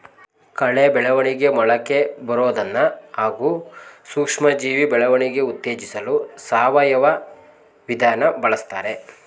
ಕಳೆ ಬೆಳವಣಿಗೆ ಮೊಳಕೆಬರೋದನ್ನ ಹಾಗೂ ಸೂಕ್ಷ್ಮಜೀವಿ ಬೆಳವಣಿಗೆ ಉತ್ತೇಜಿಸಲು ಸಾವಯವ ವಿಧಾನ ಬಳುಸ್ತಾರೆ